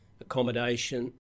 accommodation